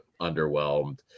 underwhelmed